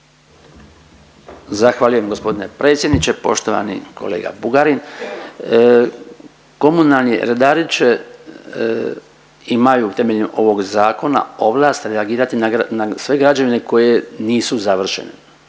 Zahvaljujem gospodine predsjedniče. Poštovani kolega Bugarin komunalni redari će imaju temeljem ovog zakona ovlast reagirati na sve građevine koje nisu završene.